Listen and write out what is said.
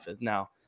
now